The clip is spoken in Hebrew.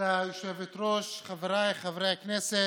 כבוד היושבת-ראש, חבריי חברי הכנסת,